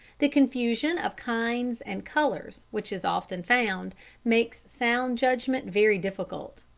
the confusion of kinds and colours which is often found makes sound judgment very difficult.